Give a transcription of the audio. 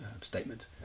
statement